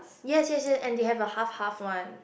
yes yes yes and they have a half half one